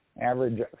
Average